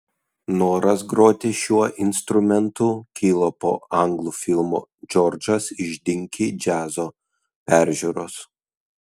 noras groti šiuo instrumentu kilo po anglų filmo džordžas iš dinki džiazo peržiūros